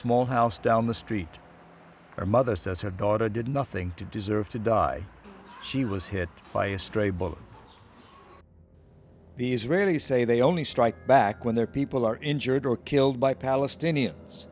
small house down the street her mother says her daughter did nothing to deserve to die she was hit by a stray bullet the israelis say they only strike back when their people are injured or killed by palestinians